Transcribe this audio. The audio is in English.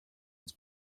its